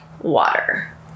water